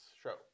Show